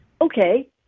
okay